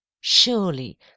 Surely